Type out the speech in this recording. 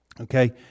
Okay